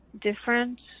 different